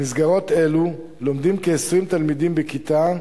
במסגרות אלו לומדים כ-20 תלמידים בכיתה,